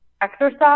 exercise